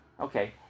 Okay